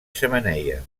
xemeneia